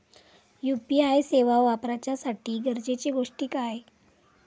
UPI सेवा वापराच्यासाठी गरजेचे गोष्टी काय?